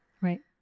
Right